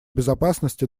безопасности